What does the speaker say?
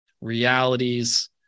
realities